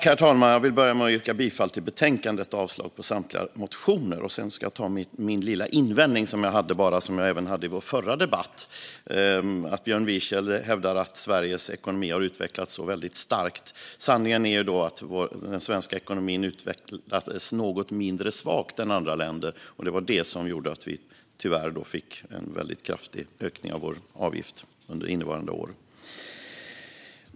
Herr talman! Jag vill börja med att yrka bifall till förslaget i betänkandet och avslag på samtliga motioner. Sedan ska jag framföra min lilla invändning som jag även hade i vår förra debatt. Björn Wiechel hävdar att Sveriges ekonomi har utvecklats väldigt starkt. Sanningen är att den svenska ekonomin utvecklats något mindre svagt än andra länders, och det var det som gjorde att vi tyvärr fick en väldigt kraftig ökning av vår avgift under innevarande år.